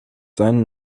seinen